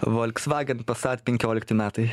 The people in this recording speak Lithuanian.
volkswagen passat penkiolikti metai